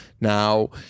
Now